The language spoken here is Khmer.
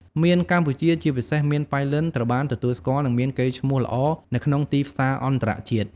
មៀនកម្ពុជា ជាពិសេស មៀនប៉ៃលិន ត្រូវបានទទួលស្គាល់ និងមានកេរ្តិ៍ឈ្មោះល្អនៅក្នុងទីផ្សារអន្តរជាតិ។